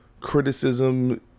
criticism